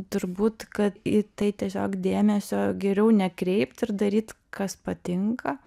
turbūt kad į tai tiesiog dėmesio geriau nekreipt ir daryt kas patinka